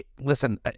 Listen